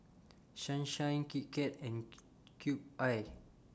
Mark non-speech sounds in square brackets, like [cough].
Sunshine Kit Kat and [unintelligible] Cube I